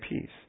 peace